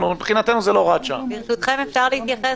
להתייחס